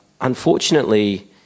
Unfortunately